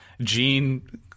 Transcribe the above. Gene